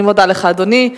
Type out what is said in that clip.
אני מודה לך, אדוני.